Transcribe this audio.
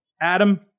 Adam